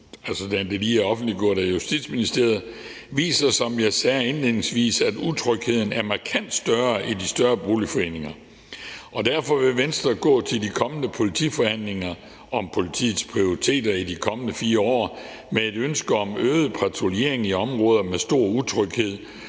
altså den, der lige er offentliggjort af Justitsministeriet, viser, som jeg sagde indledningsvis, at utrygheden er markant større i de større boligforeninger. Derfor vil Venstre gå til de kommende politiforhandlinger om politiets prioriteter i de kommende 4 år med et ønske om øget patruljering i områder med stor utryghed